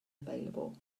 available